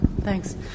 thanks